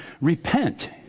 Repent